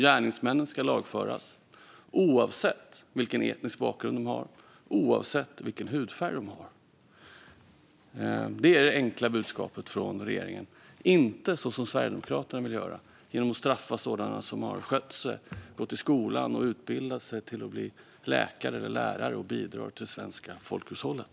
Gärningsmännen ska lagföras oavsett vilken etnisk bakgrund de har och oavsett vilken hudfärg de har. Det är det enkla budskapet från regeringen. Vi ska inte göra det som Sverigedemokraterna vill göra genom att straffa sådana som har skött sig, gått i skolan och utbildat sig till att bli läkare eller lärare och bidrar till det svenska folkhushållet.